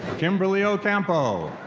kimberly ocampo.